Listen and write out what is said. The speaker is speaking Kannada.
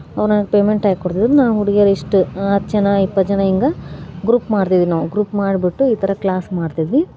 ಅವರು ನನಗೆ ಪೇಮೆಂಟ್ ಹೈ ಕೊಟ್ತಿದ್ರು ನಾನು ಹುಡುಗಿರು ಇಷ್ಟು ಹತ್ತು ಜನ ಇಪ್ಪತ್ತು ಜನ ಹೀಗೆ ಗ್ರೂಪ್ ಮಾಡ್ತಿದ್ದೆ ನಾವು ಗ್ರೂಪ್ ಮಾಡ್ಬಿಟ್ಟು ಈ ಥರ ಕ್ಲಾಸ್ ಮಾಡ್ತಿದ್ವಿ